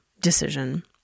decision